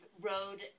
road